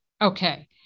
okay